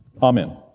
Amen